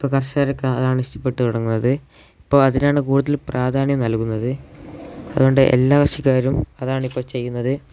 ഇപ്പ കർഷകരൊക്കെ അതാണ് ഇഷ്ടപ്പെട്ടു തുടങ്ങുന്നത് ഇപ്പ അതിനാണ് കൂടുതൽ പ്രാധാന്യം നൽകുന്നത് അതുകൊണ്ട് എല്ലാ കൃഷിക്കാരും അതാണ് ഇപ്പം ചെയ്യുന്നത്